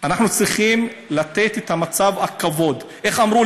אנחנו צריכים לתת מצב של כבוד, איך אמרו?